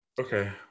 Okay